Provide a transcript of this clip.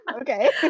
Okay